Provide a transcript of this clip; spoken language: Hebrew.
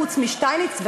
חוץ משטייניץ,